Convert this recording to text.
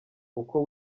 uko